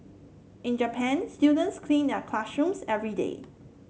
in Japan students clean their classrooms every day